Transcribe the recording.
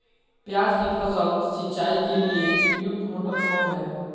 प्याज की फसल सिंचाई के लिए उपयुक्त मोटर कौन है?